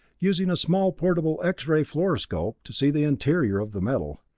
using a small portable x-ray fluoroscope to see the interior of the metal.